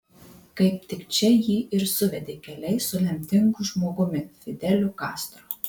kaip tik čia jį ir suvedė keliai su lemtingu žmogumi fideliu kastro